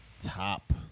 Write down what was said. top